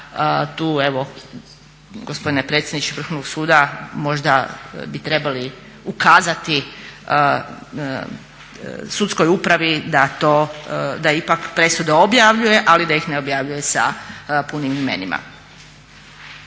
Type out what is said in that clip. tu evo gospodine predsjedniče Vrhovnog suda možda bi trebali ukazati sudskoj upravi da ipak presude objavljuje, ali da ih ne objavljuje sa punim imenima.